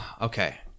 okay